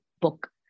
book